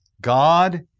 God